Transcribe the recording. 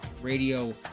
Radio